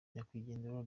nyakwigendera